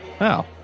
Wow